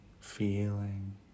feeling